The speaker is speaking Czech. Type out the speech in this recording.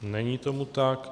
Není tomu tak.